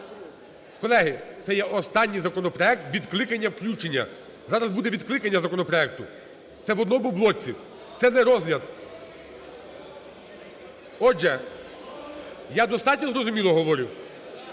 колеги, це є останній законопроект відкликання, включення. Зараз буде відкликання законопроекту. Це в одному блоці. Це не розгляд. Отже, я достатньо зрозуміло говорю?